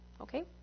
okay